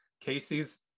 Casey's